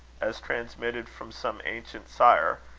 as transmitted from some ancient sire,